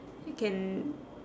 I can